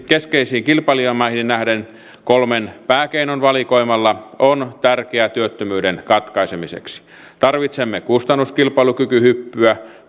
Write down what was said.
keskeisiin kilpailijamaihin nähden kolmen pääkeinon valikoimalla on tärkeää työttömyyden katkaisemiseksi tarvitsemme kustannuskilpailukykyhyppyä